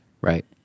Right